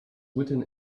written